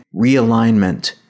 realignment